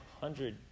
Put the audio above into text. hundred